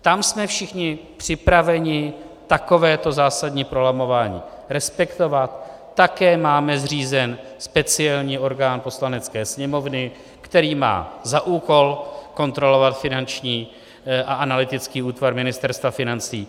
Tam jsme všichni připraveni takovéto zásadní prolamování respektovat, také máme zřízen speciální orgán Poslanecké sněmovny, který má za úkol kontrolovat Finanční analytický útvar Ministerstva financí.